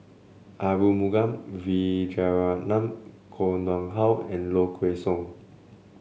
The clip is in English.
Arumugam Vijiaratnam Koh Nguang How and Low Kway Song